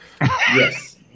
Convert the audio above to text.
Yes